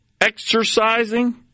exercising